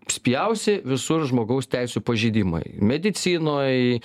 spjausi visur žmogaus teisių pažeidimai medicinoj